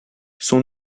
son